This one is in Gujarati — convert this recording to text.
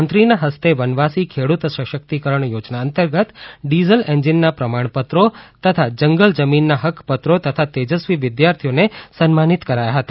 મંત્રીના હસ્તે વનવાસી ખેડ્રત સશકિતકરણ યોજના અંતર્ગત ડિઝલ એન્જીનના પ્રમાણપત્રો તથા જંગલ જમીનના હક્કપત્રકો તથા તેજસ્વી વિદ્યાર્થીઓને સન્માનિત કરાયા હતા